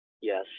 Yes